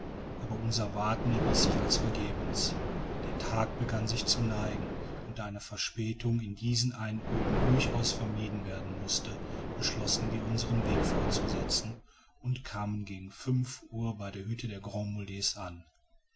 aber unser warten erwies sich als vergebens der tag begann sich zu neigen und da eine verspätung in diesen einöden durchaus vermieden werden mußte beschlossen wir unseren weg fortzusetzen und kamen gegen fünf uhr bei der hütte der grands mulets an